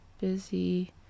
busy